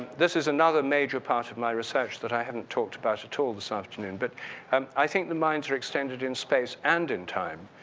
this is another major part of my research that i haven't talked about at all this afternoon. but um i think the minds are extended in space and in time.